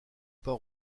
pas